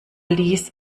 ließ